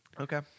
Okay